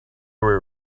were